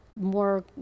more